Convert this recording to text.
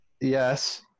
Yes